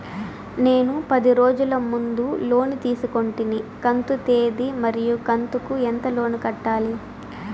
నేను పది రోజుల ముందు లోను తీసుకొంటిని కంతు తేది మరియు కంతు కు ఎంత లోను కట్టాలి?